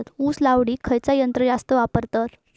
ऊस लावडीक खयचा यंत्र जास्त वापरतत?